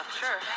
sure